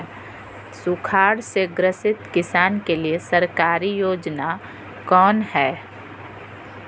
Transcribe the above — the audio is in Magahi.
सुखाड़ से ग्रसित किसान के लिए सरकारी योजना कौन हय?